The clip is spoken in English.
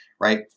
right